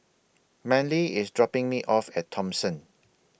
Manly IS dropping Me off At Thomson